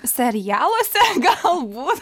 serialuose galbūt